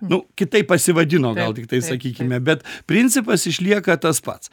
nu kitaip pasivadino gal tiktai sakykime bet principas išlieka tas pats